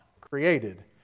created